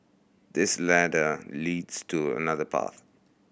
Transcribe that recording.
this ladder leads to another path